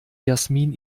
jasmin